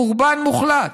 חורבן מוחלט.